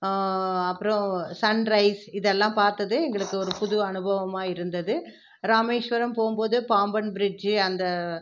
அப்புறம் sunrise இதெல்லாம் பார்த்தது எங்களுக்கு ஒரு புது அனுபவமாக இருந்தது ராமேஷ்வரம் போகும்போது பாம்பன் ப்ரிட்ஜ் அந்த